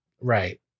Right